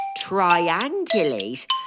triangulate